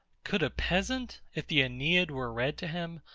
could a peasant, if the aeneid were read to him,